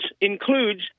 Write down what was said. includes